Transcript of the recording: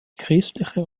christliche